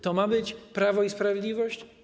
To ma być prawo i sprawiedliwość?